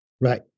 Right